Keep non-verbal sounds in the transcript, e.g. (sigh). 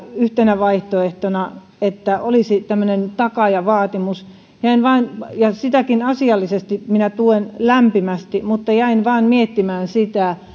yhtenä vaihtoehtona myös sitä että olisi tämmöinen takaajavaatimus ja sitäkin asiallisesti minä tuen lämpimästi mutta jäin vain miettimään sitä (unintelligible)